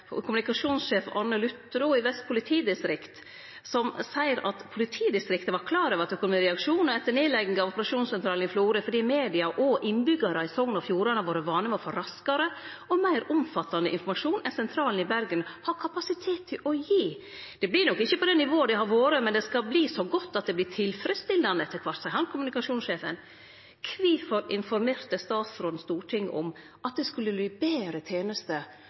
som seier at politidistriktet var klar over at det ville kome reaksjonar etter nedlegginga av operasjonssentralen i Florø, fordi media og innbyggjarane i Sogn og Fjordane har vore vane med å få raskare og meir omfattande informasjon enn sentralen i Bergen har kapasitet til å gi. – Det blir nok ikkje på det nivået det har vore, men det skal bli så godt at det blir tilfredsstillande etter kvart, seier kommunikasjonssjefen. Kvifor informerte statsråden Stortinget om at det skulle verte betre tenester